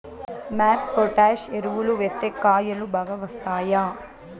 MOP potash ఎరువులు వేస్తే కాయలు బాగా వస్తాయా?